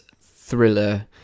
thriller